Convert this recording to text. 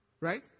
Right